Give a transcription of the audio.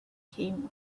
came